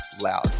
loud